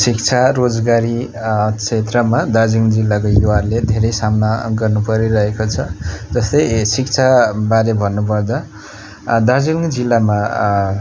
शिक्षा रोजगारी क्षेत्रमा दार्जिलिङ जिल्लाको युवाहरूले धेरै सामना गर्नु परिरहेको छ जस्तै शिक्षाबारे भन्नुपर्दा दार्जिलिङ जिल्लामा